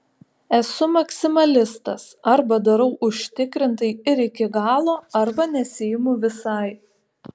esu maksimalistas arba darau užtikrintai ir iki galo arba nesiimu visai